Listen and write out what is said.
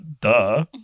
duh